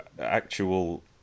actual